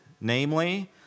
namely